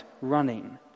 running